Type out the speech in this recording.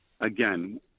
again